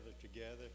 together